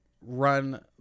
run